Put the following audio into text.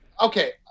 Okay